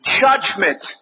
judgment